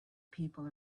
people